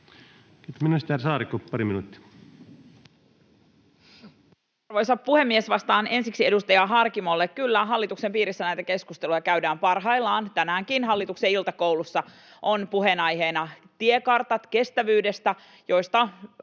Ministeri Saarikko, pari minuuttia. Arvoisa puhemies! Vastaan ensiksi edustaja Harkimolle. Kyllä, hallituksen piirissä näitä keskusteluja käydään parhaillaan. Tänäänkin hallituksen iltakoulussa on puheenaiheena tiekartat kestävyydestä, joista